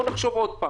בואו נחשוב עוד פעם.